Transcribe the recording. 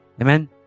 Amen